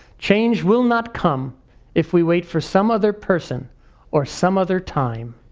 change will not come if we wait for some other person or some other time.